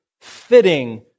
fitting